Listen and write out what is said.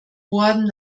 worden